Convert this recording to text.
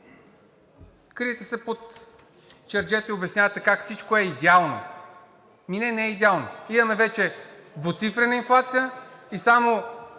Криете се под черджето и обяснявате как всичко е идеално. Не, не е идеално. Имаме вече двуцифрена инфлация, само